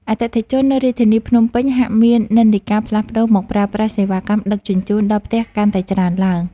អតិថិជននៅរាជធានីភ្នំពេញហាក់មាននិន្នាការផ្លាស់ប្តូរមកប្រើប្រាស់សេវាកម្មដឹកជញ្ជូនដល់ផ្ទះកាន់តែច្រើនឡើង។